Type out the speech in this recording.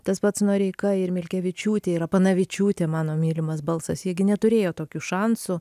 tas pats noreika ir milkevičiūtė ir apanavičiūtė mano mylimas balsas jie gi neturėjo tokių šansų